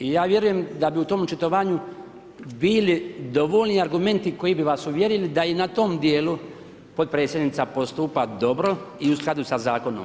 I ja vjerujem da bi u tom očitovanju bili dovoljni argumenti koji bi vas uvjerili da i na tom djelu potpredsjednica postupa dobro i u skladu sa zakonom.